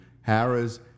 Harris